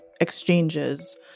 Exchanges